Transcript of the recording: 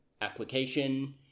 application